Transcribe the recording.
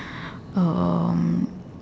um